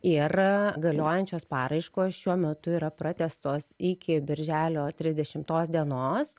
ir galiojančios paraiškos šiuo metu yra pratęstos iki birželio trisdešimtos dienos